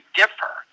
differ